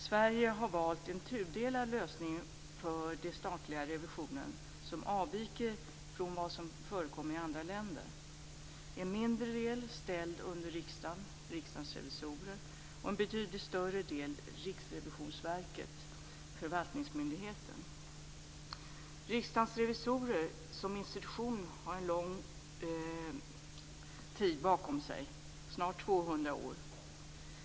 Sverige har valt en tudelad lösning för den statliga revisionen som avviker från vad som förekommer i andra länder: en mindre del ställd under riksdagen, Riksdagens revisorer, och en betydligt större del, Riksrevisionsverket, förvaltningsmyndigheten. Riksdagens revisorer som institution har en lång tid bakom sig, snart 200 år.